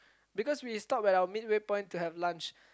because we stopped at our midway point to have lunch